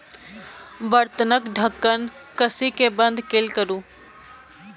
बर्तनक ढक्कन कसि कें बंद कैल करू